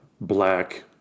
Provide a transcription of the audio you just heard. black